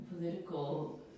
political